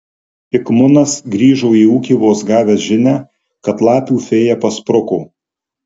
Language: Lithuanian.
ik munas grįžo į ūkį vos gavęs žinią kad lapių fėja paspruko